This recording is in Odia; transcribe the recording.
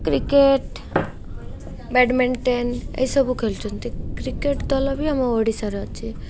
କ୍ରିକେଟ୍ ବ୍ୟାଡ଼ମିଣ୍ଟନ୍ ଏସବୁ ଖେଳୁଛନ୍ତି କ୍ରିକେଟ୍ ଦଳବି ଆମ ଓଡ଼ିଶାରେ ଅଛି